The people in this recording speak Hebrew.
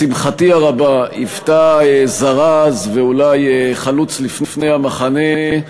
היוותה, לשמחתי הרבה, זרז, ואולי חלוץ לפני המחנה.